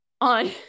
on